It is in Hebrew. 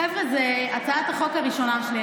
חבר'ה, זאת הצעת החוק הראשונה שלי.